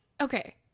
okay